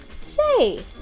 Say